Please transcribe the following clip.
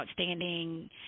outstanding